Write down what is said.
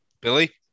Billy